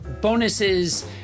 bonuses